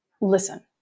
listen